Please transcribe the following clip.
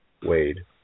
Wade